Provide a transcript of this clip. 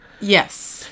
yes